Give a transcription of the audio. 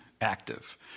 active